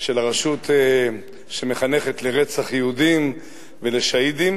עם הרשות שמחנכת לרצח יהודים ולשהידים,